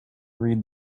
read